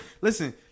Listen